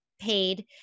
paid